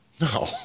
no